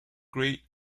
great